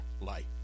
life